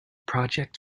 project